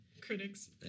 critics